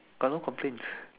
got no complaints